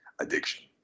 addiction